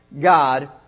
God